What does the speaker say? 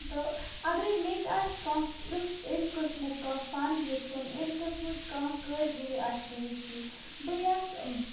تہٕ اَگرَے مےٚ تہِ آسہِ کانٛہہ یُتھ اَمہِ قٕسمُک کانٛہہ فَن ہیٚچھُن اَمہِ قٕسمٕچ کانٛہہ کٲرگٔری آسہِ مےٚ ہیٚچھی بہٕ یژھ